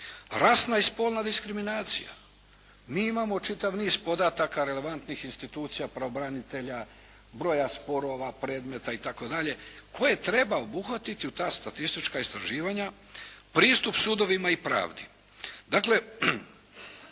rasna i spolna diskriminacija. Mi imamo čitav niz podataka relevantnih institucija pravobranitelja, broja sporova, predmeta itd. koje treba obuhvatiti u ta statistička istraživanja, pristup sudovima i pravdi.